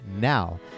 Now